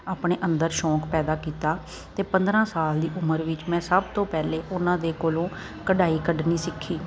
ਆਪਣੇ ਅੰਦਰ ਸ਼ੌਕ ਪੈਦਾ ਕੀਤਾ ਅਤੇ ਪੰਦਰਾਂ ਸਾਲ ਦੀ ਉਮਰ ਵਿੱਚ ਮੈਂ ਸਭ ਤੋਂ ਪਹਿਲਾਂ ਉਹਨਾਂ ਦੇ ਕੋਲੋਂ ਕਢਾਈ ਕੱਢਣੀ ਸਿੱਖੀ